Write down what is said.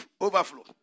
overflow